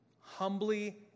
Humbly